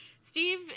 Steve